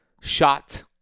shot